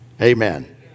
Amen